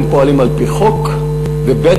הם פועלים על-פי חוק, וב.